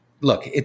Look